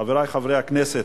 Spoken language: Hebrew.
חברי חברי הכנסת,